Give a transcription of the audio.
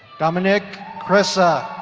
dominic cressa.